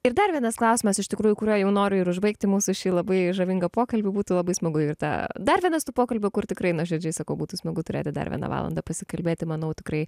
ir dar vienas klausimas iš tikrųjų kurio jau noriu ir užbaigti mūsų šį labai žavingą pokalbį būtų labai smagu ir tą dar vienas tų pokalbių kur tikrai nuoširdžiai sakau būtų smagu turėti dar vieną valandą pasikalbėti manau tikrai